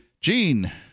Gene